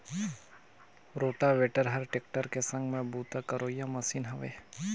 rotavator हर tractor के संघ में बूता करोइया मसीन हवे